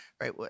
right